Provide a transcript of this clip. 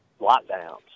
lockdowns